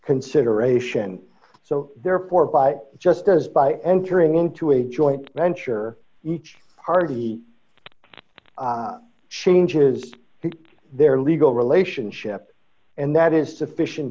consideration so therefore by just as by entering into a joint venture each party changes their legal relationship and that is sufficient